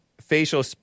facial